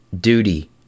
duty